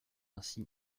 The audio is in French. ainsi